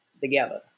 together